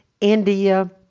India